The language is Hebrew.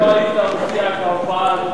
את ההופעה הזאת,